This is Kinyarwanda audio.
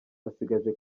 basigaje